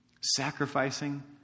Sacrificing